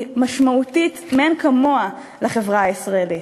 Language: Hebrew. היא משמעותית מאין כמוה לחברה הישראלית,